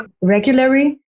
regularly